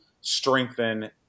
strengthen